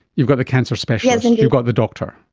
you've got the cancer specialist, and you've got the doctor.